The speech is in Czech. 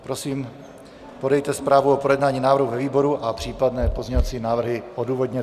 Prosím, podejte zprávu o projednání návrhu ve výboru a případné pozměňovací návrhy odůvodněte.